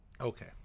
Okay